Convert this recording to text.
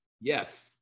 Yes